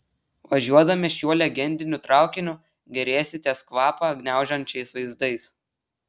važiuodami šiuo legendiniu traukiniu gėrėsitės kvapą gniaužiančiais vaizdais